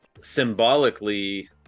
symbolically